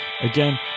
Again